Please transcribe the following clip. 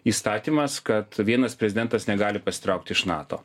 įstatymas kad vienas prezidentas negali pasitraukti iš nato